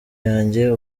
yanjye